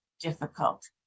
difficult